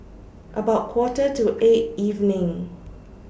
about Quarter to eight evening